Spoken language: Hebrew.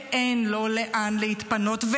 שאין לו לאן להתפנות,